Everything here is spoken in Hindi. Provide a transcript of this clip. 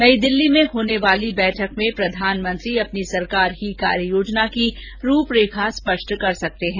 नई दिल्ली में होने वाली बैठक में प्रधानमंत्री अपनी सरकार की कार्ययोजना की रूपरेखा स्पष्ट कर सकते हैं